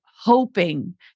hoping